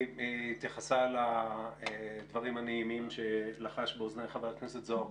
היא התייחסה לדברים הנעימים שלחש באוזניי חבר הכנסת זוהר קודם.